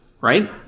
right